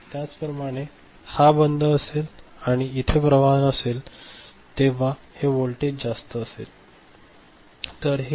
त्याचप्रमाणे जर हा बंद असेल तर इथे प्रवाह नसेल तेव्हा हे व्होल्टेज जास्त असेल